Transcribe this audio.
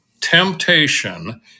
Temptation